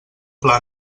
pla